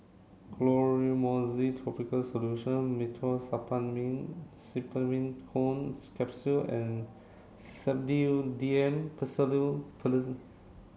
Clotrimozole topical solution Meteospasmyl Simeticone Capsules and Sedilix D M